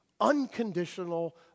unconditional